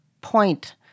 point